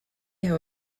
how